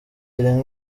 rimwe